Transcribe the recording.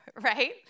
right